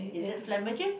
is it